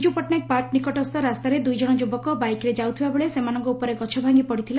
Biju Patnaik park ନିକଟସ୍ଥ ରାସ୍ତାରେ ଦୂଇ ଜଣ ଯୁବକ ବାଇକ୍ରେ ଯାଉଥିବାବେଳେ ସେମାନଙ୍କ ଉପରେ ଗଛ ଭାଙ୍ଗି ପଡ଼ିଥିଲା